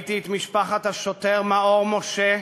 ראיתי את משפחת השוטר מאור משה,